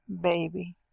baby